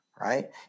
Right